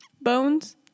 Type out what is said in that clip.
bones